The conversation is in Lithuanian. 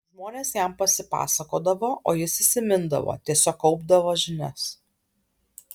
žmonės jam pasipasakodavo o jis įsimindavo tiesiog kaupdavo žinias